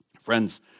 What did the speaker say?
friends